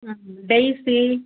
ம் ம் டெய்சி